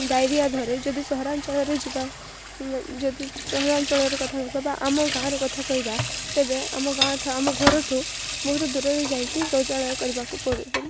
diarrhoea ଧରେ ଯଦି ସହରାଞ୍ଚଳରେ ଯିବା ଯଦି ସହରାଞ୍ଚଳର କଥା କହିବା ବା ଆମ ଗାଁ ର କଥା କହିବା ତେବେ ଆମ ଗାଁଠୁ ଆମ ଘରଠୁ ବହୁତ ଦୂରରେ ଯାଇକି ଶୌଚାଳୟ କରିବାକୁ ପଡ଼ୁ